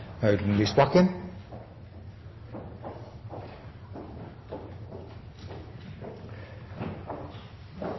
Audun Lysbakken